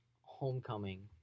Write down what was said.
homecoming